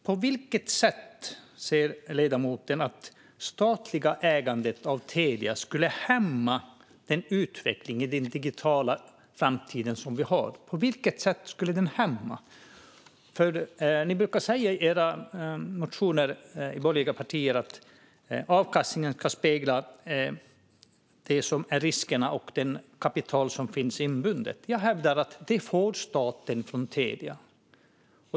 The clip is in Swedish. På vilket sätt ser ledamoten att det statliga ägandet av Telia skulle hämma utvecklingen i den digitala framtid som vi har? Ni i de borgerliga partierna brukar säga i era motioner att avkastningen ska spegla riskerna och det kapital som finns inbundet. Jag hävdar att staten får detta från Telia.